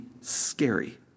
scary